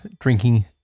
drinking